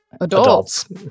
Adults